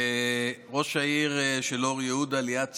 לראש העיר של אור יהודה ליאת שוחט,